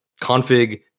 config